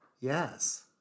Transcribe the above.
yes